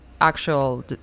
actual